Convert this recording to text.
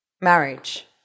marriage